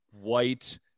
white